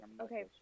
Okay